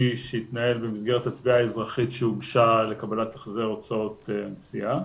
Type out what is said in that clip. שהתנהל במסגרת התביעה האזרחית שהוגשה לקבלת החזר הוצאות נסיעה.